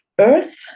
earth